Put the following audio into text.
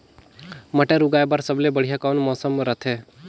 मटर उगाय बर सबले बढ़िया कौन मौसम रथे?